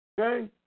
okay